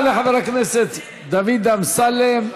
תודה לחבר הכנסת דוד אמסלם.